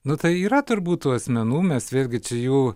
nu tai yra turbūt tų asmenų mes vėlgi čia jų